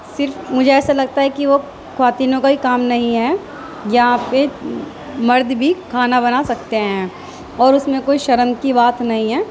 صرف مجھے ایسا لگتا ہے کہ وہ خواتین کا ہی کام نہیں ہے یہاں پہ مرد بھی کھانا بنا سکتے ہیں اور اس میں کوئی شرم کی بات نہیں ہے